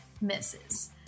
Misses